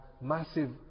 massive